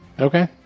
Okay